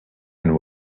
and